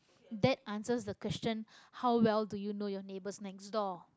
that answer the question how well do you know your neighbour next door